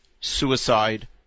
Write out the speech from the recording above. suicide